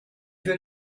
wird